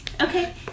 Okay